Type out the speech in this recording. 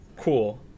cool